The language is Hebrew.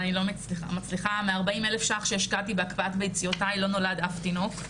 אבל אני לא מצליחה: מ-40 אלף ₪ שהשקעתי בהקפאת ביציות לא נולד אף תינוק.